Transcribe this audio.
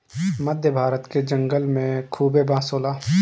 मध्य भारत के जंगल में खूबे बांस होला